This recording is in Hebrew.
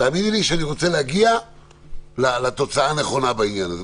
תאמיני לי שאני רוצה להגיע לתוצאה הנכונה בעניין הזה,